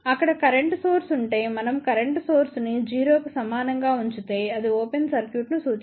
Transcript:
అక్కడ current source ఉంటేమనం current source ని 0 కి సమానంగా ఉంచితే అది ఓపెన్ సర్క్యూట్ను సూచిస్తుంది